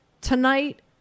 tonight